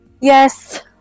Yes